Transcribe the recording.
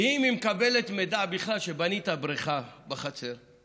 ואם היא מקבלת מידע שבנית בריכה בחצר בכלל,